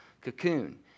cocoon